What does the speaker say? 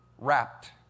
wrapped